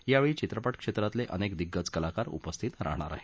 यावेळी चित्रपट क्षेत्रातील अनेक दिग्गज कलाकार उपस्थित राहणार आहेत